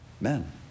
men